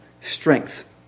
strength